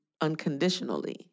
unconditionally